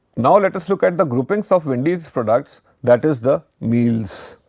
now, let us look at the groupings of wendy's products, that is the meals.